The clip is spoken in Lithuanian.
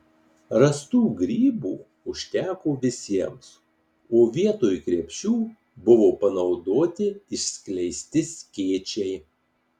rastų grybų užteko visiems o vietoj krepšių buvo panaudoti išskleisti skėčiai